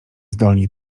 zdolni